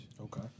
Okay